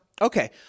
Okay